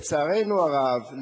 לצערנו הרב,